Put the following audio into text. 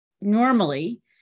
normally